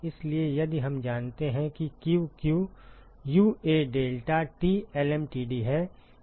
इसलिए यदि हम जानते हैं कि qq UA delta T lmtd है